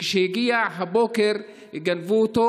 וכשהגיע הבוקר גנבו אותו.